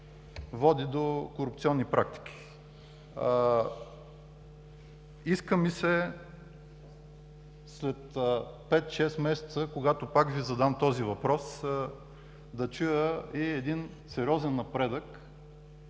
води до корупционни практики. Иска ми се след пет, шест месеца, когато пак Ви задам този въпрос, да чуя за сериозен напредък